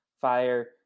fire